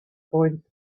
point